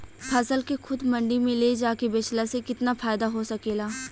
फसल के खुद मंडी में ले जाके बेचला से कितना फायदा हो सकेला?